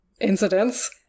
incidents